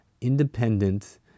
independent